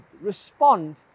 respond